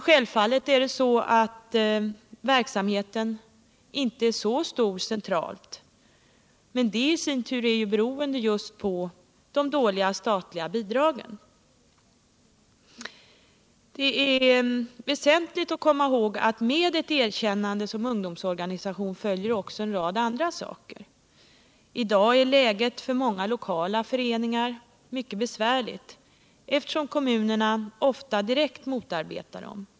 Självfallet är den centrala verksamheten inte så stor, men det beror i sin tur just på de dåliga statliga bidragen. Det är väsentligt att komma ihåg att med ett erkännande som ungdomsorganisation följer också en rad andra saker. I dag är kiget för många lokala föreningar mycket besvärligt. eftersom kommunerna ofta direkt motarbetar dem.